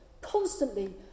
Constantly